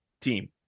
team